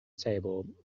table